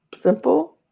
Simple